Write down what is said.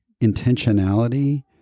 intentionality